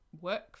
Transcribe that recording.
work